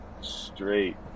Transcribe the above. straight